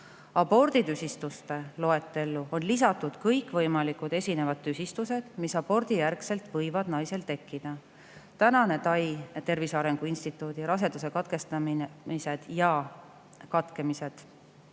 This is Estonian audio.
Aborditüsistuste loetellu on lisatud kõikvõimalikud tüsistused, mis abordijärgselt võivad naisel tekkida. Tänane TAI ehk Tervise Arengu Instituudi raseduse katkemise ja katkestamise